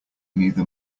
neither